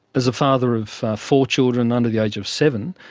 as a father of four children under the age of seven,